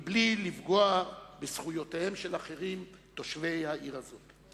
בלי לפגוע בזכויותיהם של אחרים תושבי העיר הזאת.